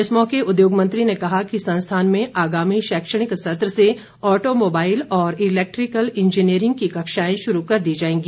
इस मौके उद्योग मंत्री ने कहा कि संस्थान में आगामी शैक्षणिक सत्र से ऑटोमोबाईल और इलैक्ट्रीकल इंजीनियर की कक्षाएं शुरू कर दी जाएगी